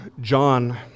John